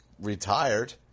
retired